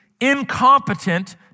incompetent